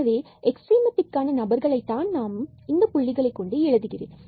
எனவே எக்ஸ்ட்ரீமம் அதற்கான நபர்களை தான்xy எனும் புள்ளிகளைக் கொண்டு எழுதுகிறேன்